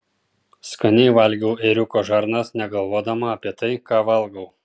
skaniai valgiau ėriuko žarnas negalvodama apie tai ką valgau